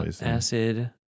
Acid